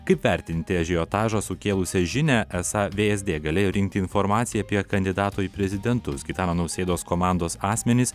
kaip vertinti ažiotažo sukėlusią žinią esą vsd galėjo rinkti informaciją apie kandidato į prezidentus gitano nausėdos komandos asmenis